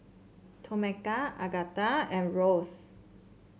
Tomeka Agatha and Rose